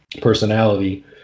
personality